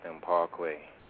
Parkway